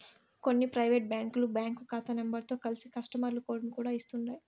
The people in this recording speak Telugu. కొన్ని పైవేటు బ్యాంకులు బ్యాంకు కాతా నెంబరుతో కలిసి కస్టమరు కోడుని కూడా ఇస్తుండాయ్